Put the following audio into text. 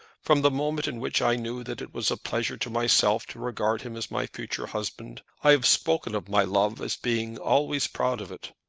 from the moment in which i knew that it was a pleasure to myself to regard him as my future husband, i have spoken of my love as being always proud of it.